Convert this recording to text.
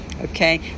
okay